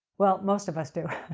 well, most of us do.